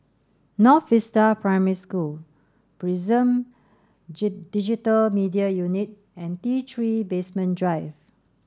North Vista Primary School Prison Digital Media Unit and T three Basement Drive